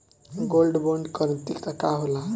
Gold bond करतिं का होला?